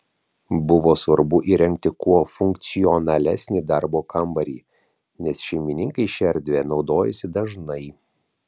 buvo svarbu įrengti kuo funkcionalesnį darbo kambarį nes šeimininkai šia erdve naudojasi dažnai